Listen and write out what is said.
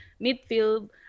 midfield